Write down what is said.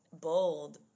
bold